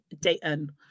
Dayton